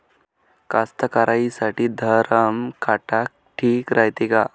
कास्तकाराइसाठी धरम काटा ठीक रायते का?